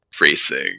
racing